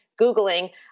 Googling